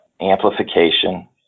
Amplification